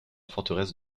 forteresse